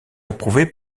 approuvée